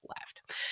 left